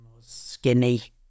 skinny